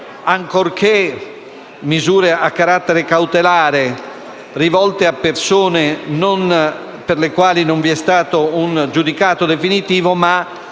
queste misure a carattere cautelare siano rivolte a persone per le quali non vi sia stato un giudicato definitivo, ma